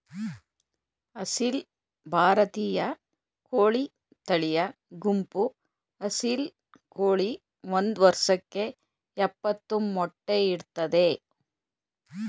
ಅಸೀಲ್ ಭಾರತೀಯ ಕೋಳಿ ತಳಿಯ ಗುಂಪು ಅಸೀಲ್ ಕೋಳಿ ಒಂದ್ ವರ್ಷಕ್ಕೆ ಯಪ್ಪತ್ತು ಮೊಟ್ಟೆ ಇಡ್ತದೆ